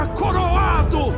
coroado